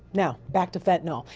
now, back to fentanyl.